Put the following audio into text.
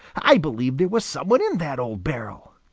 i believe there was some one in that old barrel!